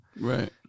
Right